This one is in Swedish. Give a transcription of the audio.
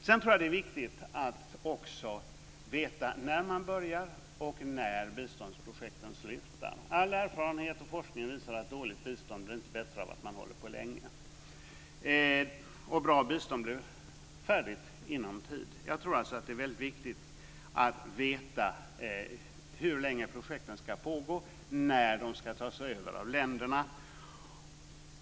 Det är också viktigt att veta när man börjar och när biståndsprojekten slutar. All erfarenhet och forskning visar att dåligt bistånd blir inte bättre av att man håller på länge. Bra bistånd blir färdigt inom föreskriven tid. Det är väldigt viktigt att veta hur länge projekten ska pågå och när de ska tas över av länderna själva.